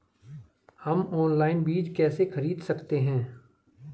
हम ऑनलाइन बीज कैसे खरीद सकते हैं?